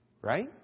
Right